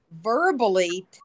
verbally